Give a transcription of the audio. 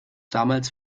damals